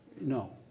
no